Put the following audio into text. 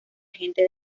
agente